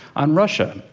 on russia,